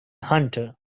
hunter